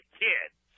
kids